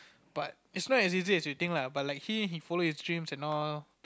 but it not as easy as you think ah